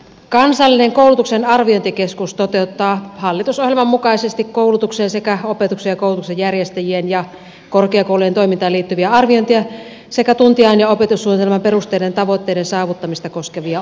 kansallinen koulutuksen arviointikeskus toteuttaa hallitusohjelman mukaisesti koulutuksen sekä opetuksen ja koulutuksen järjestäjien ja korkeakoulujen toimintaan liittyviä arviointeja sekä tuntiaine ja opetussuunnitelman perusteiden ja tavoitteiden saavuttamista koskevia oppimistulosten arviointeja